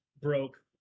broke